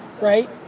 right